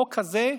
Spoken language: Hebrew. החוק הזה,